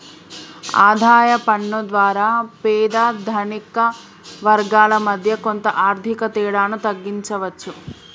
ఆదాయ పన్ను ద్వారా పేద ధనిక వర్గాల మధ్య కొంత ఆర్థిక తేడాను తగ్గించవచ్చు